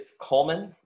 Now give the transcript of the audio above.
Coleman